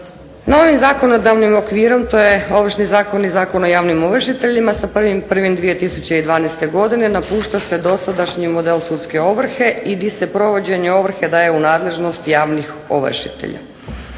Novim zakonodavnim okvirom, to je Ovršni zakon i Zakon o javnim ovršiteljima sa 1.1.2012. godine napušta se dosadašnji model sudske ovrhe i di se provođenje ovrhe daje u nadležnost javnih ovršitelja.